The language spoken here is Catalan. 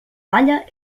balla